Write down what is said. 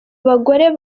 bagore